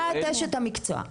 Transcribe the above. את אשת המקצוע,